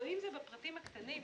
האלוהים הוא בפרטים הקטנים.